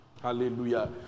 Hallelujah